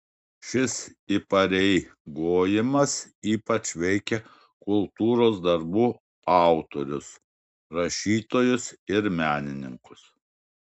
šis įpareigojimas ypač veikia kultūros darbų autorius rašytojus ir menininkus